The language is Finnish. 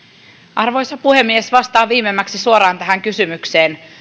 arvoisa puhemies vastaan viimeimmäksi suoraan tähän kysymykseen